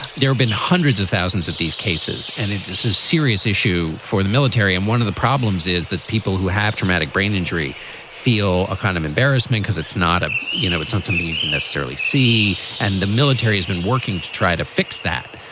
there've been hundreds of thousands of these cases. and it is a serious issue for the military. and one of the problems is that people who have traumatic brain injury feel a kind of embarrassment, because it's not a you know, it's not something you can necessarily see. and the military has been working to try to fix that.